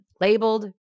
labeled